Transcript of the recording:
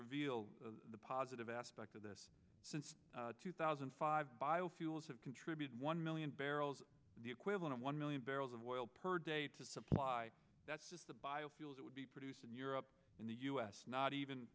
reveal the positive aspect of this since two thousand and five biofuels have contributed one million barrels the equivalent of one million barrels of oil per day to supply that's just the biofuels it would be produced in europe in the us not even